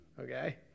okay